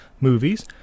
movies